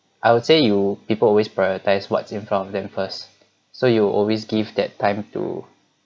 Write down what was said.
I would say you people always prioritise what's in front of them first so you'll always give that time to